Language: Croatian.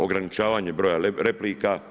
Ograničavanjem broja replika.